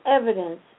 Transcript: evidence